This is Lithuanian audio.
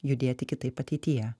judėti kitaip ateityje